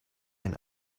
ein